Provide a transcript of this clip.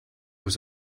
was